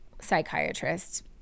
psychiatrists